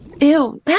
ew